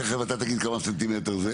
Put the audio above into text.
תכף אתה תגיד כמה סנטימטר זה.